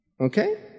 Okay